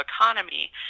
economy